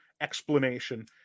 explanation